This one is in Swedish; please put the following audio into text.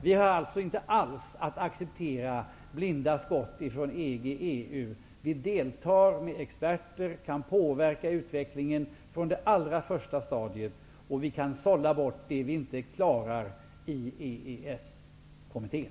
Vi behöver alltså inte alls acceptera blinda skott från EG/EU, utan vi deltar med egna experter och kan påverka utvecklingen från det allra första stadiet, och vi kan sålla bort det vi inte klarar i EES-kommittén.